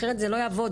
אחרת זה לא יעבוד,